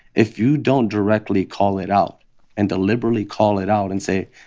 if you don't directly call it out and deliberately call it out and say,